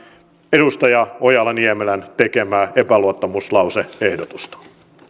edustaja ojala niemelän tekemää epäluottamuslause ehdotusta